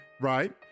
right